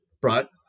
brought